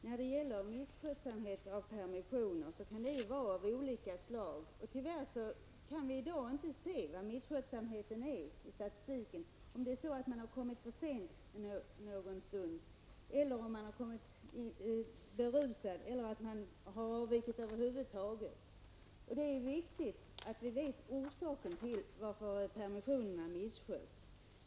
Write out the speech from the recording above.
Herr talman! Misskötsel av permission kan det vara av olika slag. Tyvärr kan vi i statistiken inte se vad det är för misskötsamhet -- om man har kommit för sent någon stund eller om man har kommit berusad eller över huvud taget avvikit. Det är viktigt att vi känner till orsaken till att permissionerna missköts.